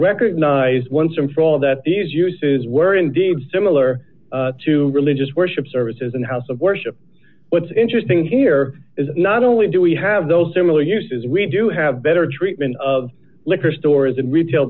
recognize once and for all that these uses were indeed similar to religious worship services and house of worship what's interesting here is not only do we have those similar uses we do have better treatment of liquor stores and retail